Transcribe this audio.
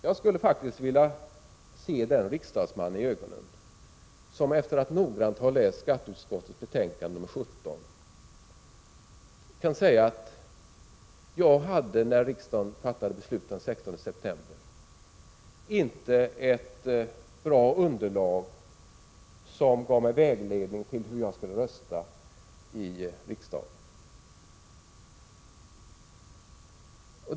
Jag skulle faktiskt vilja se den riksdagsman i ögonen som, efter att noggrant ha läst skatteutskottets betänkande 17, kan säga att han när riksdagen fattade beslut den 16 december inte hade ett bra underlag som vägledning för hur han skulle rösta i riksdagen.